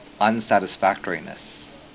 unsatisfactoriness